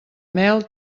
mel